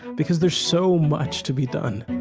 because there's so much to be done